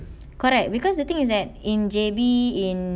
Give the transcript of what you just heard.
correct because the thing is at in J_B in